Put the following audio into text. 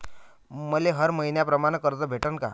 मले हर मईन्याप्रमाणं कर्ज भेटन का?